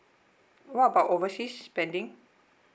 what about overseas spending